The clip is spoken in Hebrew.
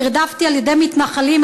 נרדפתי על-ידי מתנחלים,